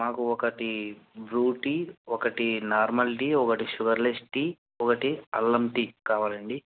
మాకు ఒకటి blue tea ఒకటి నార్మల్ టీ ఒకటి షుగర్లెస్ టీ ఒకటి అల్లం టీ కావాలండి